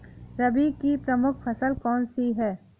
रबी की प्रमुख फसल कौन सी है?